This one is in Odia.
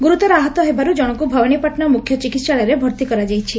ଗୁରୁତର ଆହତ ହେବାରୁ ଜଣଙ୍ଙୁ ଭବାନୀପାଟଣା ମୁଖ୍ୟ ଚିକିସାଳୟରେ ଭର୍ତି କରାଯାଇଛି